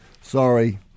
sorry